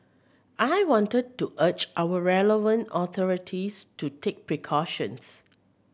I wanted to urge our relevant authorities to take precautions